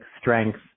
strength